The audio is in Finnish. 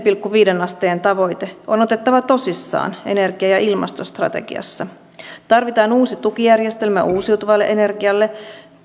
pilkku viiteen asteen tavoite on otettava tosissaan energia ja ilmastostrategiassa tarvitaan uusi tukijärjestelmä uusiutuvalle energialle